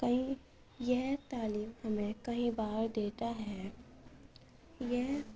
کئی یہ تعلیم ہمیں کئی بار دیتا ہے یہ